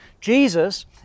Jesus